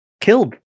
killed